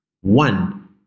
one